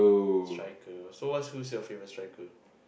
striker so what who's your favourite striker